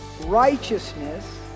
righteousness